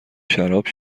شراب